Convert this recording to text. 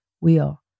wheel